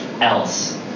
else